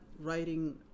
writing